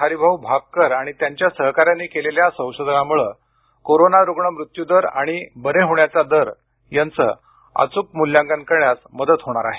हरिभाऊ भापकर आणि त्यांच्या सहकाऱ्यांनी केलेल्या संशोधनामुळे कोरोना रुग्ण मृत्यूदर आणि रिकव्हरी दराचे होणार अचूक मूल्यांकन करण्यास मदत होणार आहे